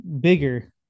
bigger